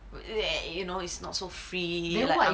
well there you know it's not so free